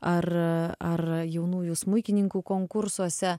ar ar jaunųjų smuikininkų konkursuose